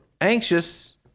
anxious